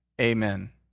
Amen